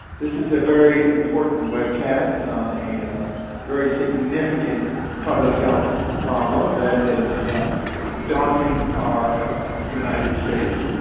this is a very important webcast on a very significant public health problem that is is um daunting our united states,